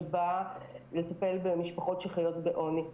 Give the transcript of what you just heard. שבא לטפל במשפחות שחיות בעוני.